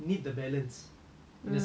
if it gets too cheesy right